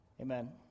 Amen